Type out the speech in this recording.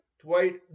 Dwight